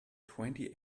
twenty